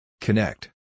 Connect